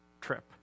trip